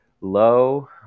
Low